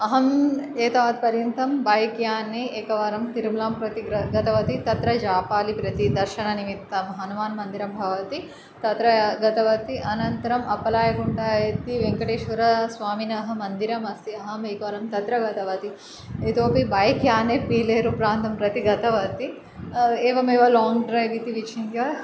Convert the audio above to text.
अहम् एतावत्पर्यन्तं बैक् याने एकवारं तिरुमलां प्रति ग्र गतवती तत्र जापालि प्रति दर्शननिमित्तं हनुमान् मन्दिरं भवति तत्र गतवती अनन्तरं अपलायकुण्ड इति वेङ्कटेश्वरस्वामिनः मन्दिरमस्ति अहम् एकवारं तत्र गतवती इतोऽपि बैक् याने पीलेरु प्रान्तं प्रति गतवती एवमेव लाङ्ग् ड्रैव् इति विचिन्त्य